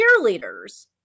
cheerleaders